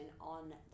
on